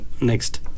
next